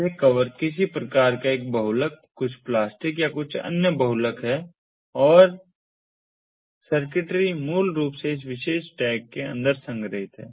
यह कवर किसी प्रकार का एक बहुलक कुछ प्लास्टिक या कुछ अन्य बहुलक है और सर्किटरी मूल रूप से इस विशेष टैग के अंदर संग्रहित है